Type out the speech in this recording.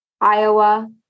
Iowa